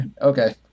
okay